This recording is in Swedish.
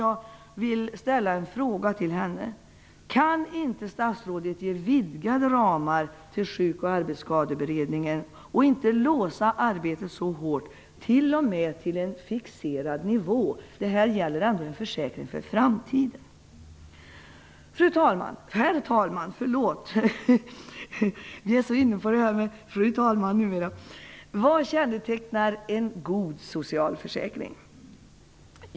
Jag vill ställa en fråga till henne: Kan inte statsrådet ge vidgade ramar för Sjuk och arbetsskadeberedningen och inte låsa arbetet så hårt, t.o.m. till en fixerad nivå? Det gäller här ändå en försäkring för framtiden. Herr talman! Vad kännetecknar då en god socialförsäkring?